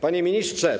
Panie Ministrze!